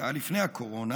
זה היה לפני הקורונה